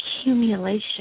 accumulation